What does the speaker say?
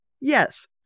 Yes